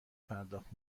پرداخت